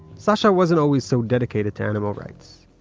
sasha wasn't always so dedicated to animal rights.